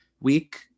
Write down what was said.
week